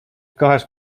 kochasz